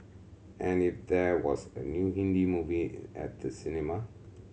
and if there was a new Hindi movie at the cinema